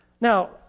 Now